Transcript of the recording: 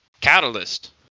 catalyst